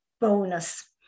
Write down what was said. bonus